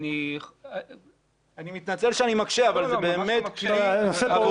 אני מתנצל שאני מקשה, אבל זה באמת עבודה.